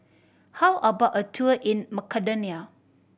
how about a tour in Macedonia